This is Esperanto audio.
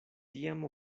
tiam